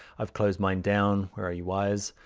i've closed mine down where are you, wires?